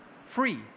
free